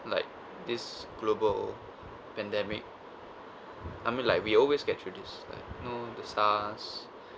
like this global pandemic I mean like we always get through this like you know the SARS